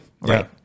Right